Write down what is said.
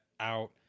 out